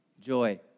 Joy